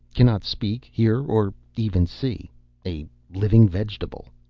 cannot speak, hear, or even see a living vegetable.